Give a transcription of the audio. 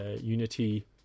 unity